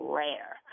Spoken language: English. rare